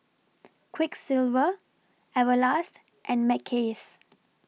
Quiksilver Everlast and Mackays